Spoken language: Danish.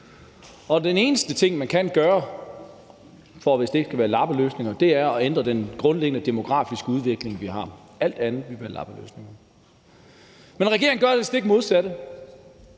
og den eneste ting, man kan gøre, hvis ikke det skal være lappeløsninger, er at ændre den grundlæggende demografiske udvikling, vi har – alt andet vil være lappeløsninger. Men regeringen gør det stik modsatte.